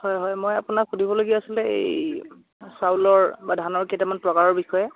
হয় হয় মই আপোনাক সুধিবলগীয়া আছিলে এই চাউলৰ বা ধানৰ কেইটামান প্ৰকাৰৰ বিষয়ে